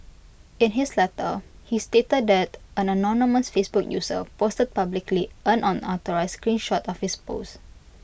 in his letter he stated that an anonymous Facebook user posted publicly an unauthorised screen shot of his post